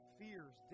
fears